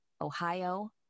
ohio